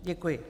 Děkuji.